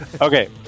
Okay